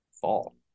fall